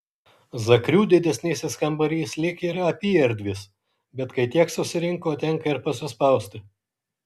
zakrių didesnysis kambarys lyg ir apyerdvis bet kai tiek susirinko tenka ir pasispausti